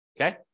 okay